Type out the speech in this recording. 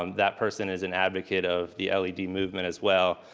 um that person is an advocate of the led movement as well.